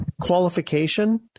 qualification